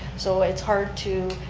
so it's hard to.